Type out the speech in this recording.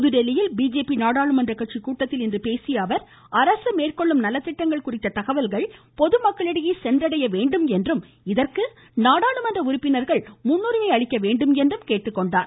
புதுதில்லியில் இன்று பிஜேபி நாடாளுமன்ற கட்சிக் கூட்டத்தில் பேசிய அவர் அரசு மேற்கொள்ளும் நலத்திட்டங்கள் குறித்த தகவல்கள் பொதுமக்களிடையே சென்றடைய வேண்டும் என்றும் இதற்கு நாடாளுமன்ற உறுப்பினர்கள் முன்னுரிமை அளிக்க வேண்டும் என்றும் கேட்டுக்கொண்டார்